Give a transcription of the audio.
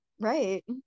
right